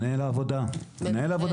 מנהל העבודה אחראי.